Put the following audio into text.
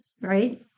right